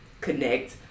connect